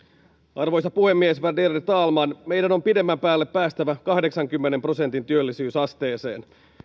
arvoisa puhemies värderade talman meidän on pidemmän päälle päästävä kahdeksankymmenen prosentin työllisyysasteeseen